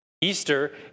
Easter